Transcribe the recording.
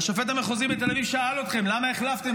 והשופט המחוזי בתל אביב שאל אתכם למה החלפתם,